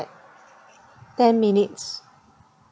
ten minutes